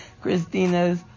christina's